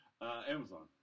Amazon